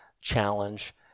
challenge